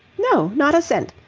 no, not a cent.